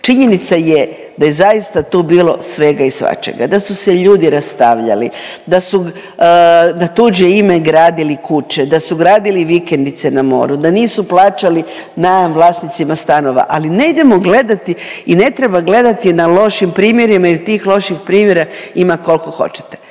činjenica je da je zaista tu bilo svega i svačega, da su se ljudi rastavljali, da su na tuđe ime gradili kuće, da su gradili vikendice na moru, da nisu plaćali najam vlasnicima stanova, ali ne idemo gledati i ne treba gledati na lošim primjerima jer tih loših primjera ima koliko hoćete.